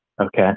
okay